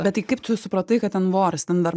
bet tai kaip tu supratai kad ten voras ten dar